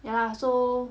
ya lah so